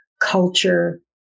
culture